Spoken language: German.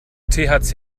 thc